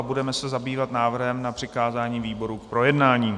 Budeme se zabývat návrhem na přikázání výborům k projednání.